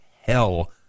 hell